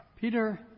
Peter